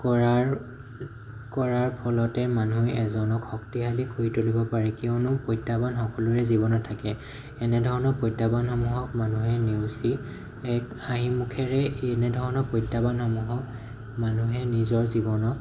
কৰাৰ কৰাৰ ফলতে মানুহ এজনক শক্তিশালী কৰি তুলিব পাৰি কিয়নো প্ৰাত্যাহ্বান সকলোৰে জীৱনত থাকে এনে ধৰণৰ প্ৰত্যাহ্বানসমূহক মানুহে নেওচি এক হাঁহি মুখেৰেই এনে ধৰণৰ প্ৰাত্যাহ্বানসমূহক মানুহে নিজৰ জীৱনত